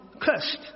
Cursed